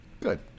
good